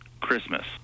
Christmas